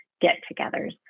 get-togethers